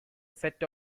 set